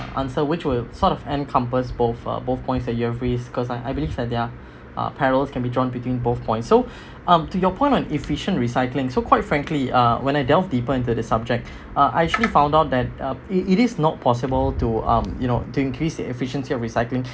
answer which were sort of encompass both uh both points you've raised cause I I believe that there are uh parallels can be drawn between both point so uh to your point on efficient recycling so quite frankly uh when I delve deeper into the subject uh I actually found out that it is not possible to um you know to increase the efficiency of recycling